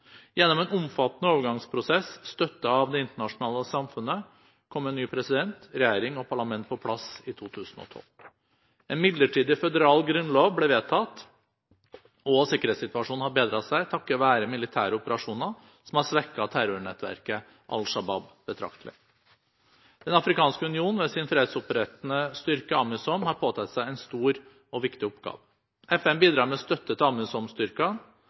Gjennom en omfattende overgangsprosess støttet av det internasjonale samfunnet kom en ny president, regjering og parlament på plass i 2012. En midlertidig føderal grunnlov ble vedtatt, og sikkerhetssituasjonen har bedret seg, takket være militære operasjoner som har svekket terrornettverket Al Shabaab betraktelig. Den afrikanske union med sin fredsopprettende styrke AMISOM har påtatt seg en stor og viktig oppgave. FN bidrar med støtte til